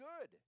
good